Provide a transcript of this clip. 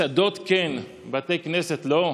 מסעדות, כן, בתי כנסת, לא?